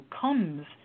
comes